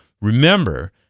remember